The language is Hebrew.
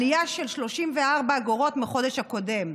עלייה של 34 אגורות מהחודש הקודם.